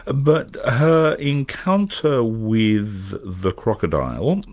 ah but ah her encounter with the crocodile,